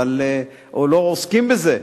או לא עוסקים בזה,